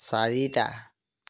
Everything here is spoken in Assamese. চাৰিটা